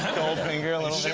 goldfinger a little bit. yeah,